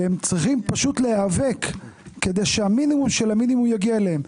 וצריכים להיאבק כדי שהמינימום של המינימום יגיע אליהם.